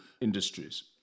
industries